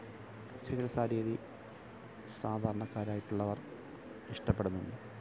ചികിത്സാരീതി സാധാരണക്കാരായിട്ടുള്ളവര് ഇഷ്ടപ്പെടുന്നുണ്ട്